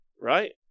right